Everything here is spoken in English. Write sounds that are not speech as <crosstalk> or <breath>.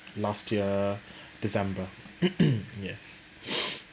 last year december <coughs> yes <breath>